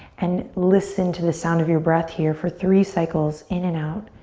and listen to the sound of your breath here for three cycles in and out,